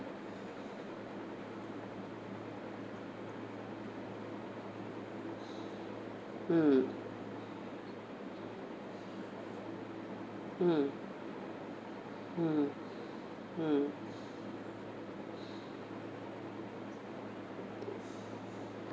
mm mm mm mm